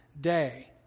day